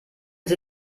sie